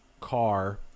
car